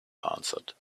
answered